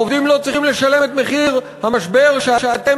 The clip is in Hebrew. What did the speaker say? העובדים לא צריכים לשלם את מחיר המשבר שאתם